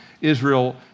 Israel